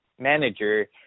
manager